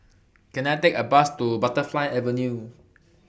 Can I Take A Bus to Butterfly Avenue